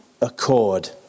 accord